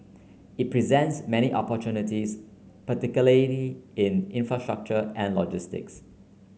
it presents many opportunities particularly in infrastructure and logistics